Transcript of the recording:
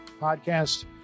podcast